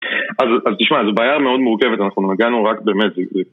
אז תשמע, זו בעיה מאוד מורכבת, אנחנו נגענו רק באמת...